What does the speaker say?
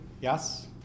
yes